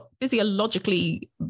physiologically